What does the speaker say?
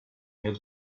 had